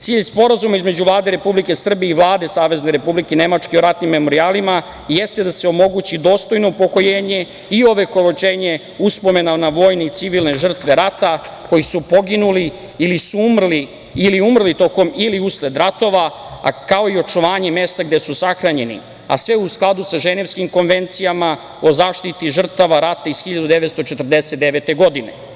Cilj Sporazuma između Vlade Republike Srbije i Vlade Savezne Republike Nemačke o ratnim memorijalima jeste da se omogući dostojno upokojenje i ovekovečenje uspomena na vojne i civilne žrtve rata, koji su poginuli ili su umrli usled ratova, kao i očuvanje mesta gde su sahranjeni, a sve u skladu sa Ženevskom konvencijom o zaštiti žrtava rata iz 1949. godine.